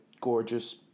gorgeous